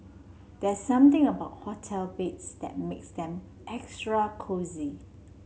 there's something about hotel beds that makes them extra cosy